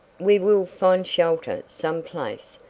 we will find shelter some place.